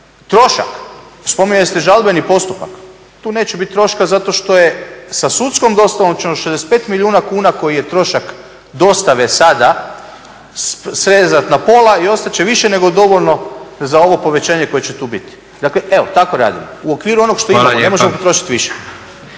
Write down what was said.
trošak, spominjali ste žalbeni postupak, tu neće biti troška zato što je sa sudskom dostavom … 65 milijuna kuna koji je trošak dostave sada srezati na pola i ostat će više nego dovoljno za ovo povećanje koje će tu biti, dakle tako radimo u okviru onoga, ne možemo potrošiti više.